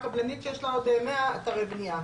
קבלנית שיש לה עוד 100 אתרי בנייה.